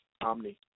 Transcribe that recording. Omni